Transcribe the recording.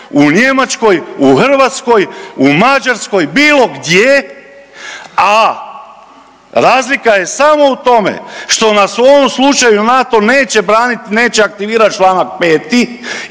u Njemačkoj, u Hrvatskoj, u Mađarskoj, bilo gdje, a razlika je samo u tome što nas u ovom slučaju NATO neće branit i neće aktivirat čl. 5. i